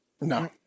No